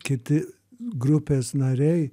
kiti grupės nariai